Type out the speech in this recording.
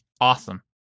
Awesome